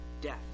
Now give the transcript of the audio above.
death